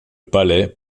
palais